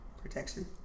protection